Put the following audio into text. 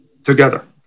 Together